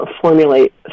formulate